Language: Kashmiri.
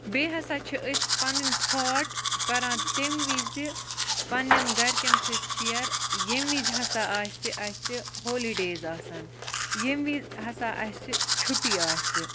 بیٚیہِ ہسا چھِ أسۍ پَنٛنٕۍ تھاٹ کران تَمہِ وِزِ پَنٛنٮ۪ن گَرِکٮ۪ن سۭتۍ شیر ییٚمہِ وِزِ ہسا آسہِ اَسہِ ہولیٖڈیز آسَن ییٚمہِ وِزِ ہسا اَسہِ چھُٹی آسہِ